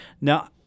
Now